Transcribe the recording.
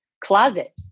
closet